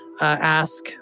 ask